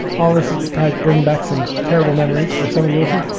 all this is pride. bring back some terrible memories for some of your listeners.